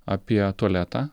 apie tualetą